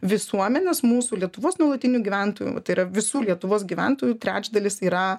visuomenės mūsų lietuvos nuolatinių gyventojų tai yra visų lietuvos gyventojų trečdalis yra